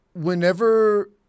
whenever –